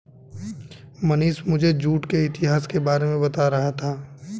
मनीष मुझे जूट के इतिहास के बारे में बता रहा था